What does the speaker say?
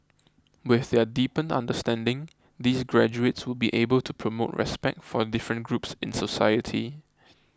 with their deepened understanding these graduates would be able to promote respect for different groups in society